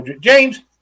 James